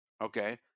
okay